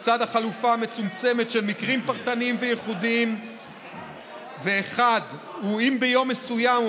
לצד החלופה המצומצמת של מקרים פרטניים וייחודיים וכן אם ביום מסוים או